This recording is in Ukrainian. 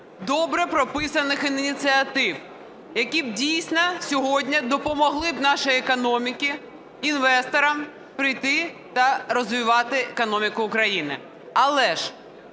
добре прописаних ініціатив, які б дійсно сьогодні допомогли нашій економіці, інвесторам прийти та розвивати економіку України. Але ж